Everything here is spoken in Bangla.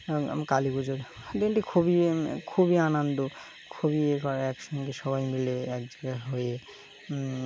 কালীপুজোর দিনটি খুবই খুবই আনন্দ খুবই এ একসঙ্গে সবাই মিলে এক জায়গায় হয়ে